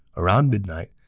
around midnight,